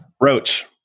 Roach